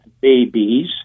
babies